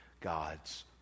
God's